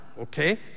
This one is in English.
okay